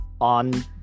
on